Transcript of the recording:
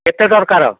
କେତେ ଦରକାର